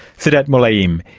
sedat mulayim.